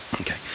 Okay